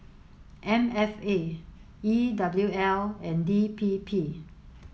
M F A E W L and D P P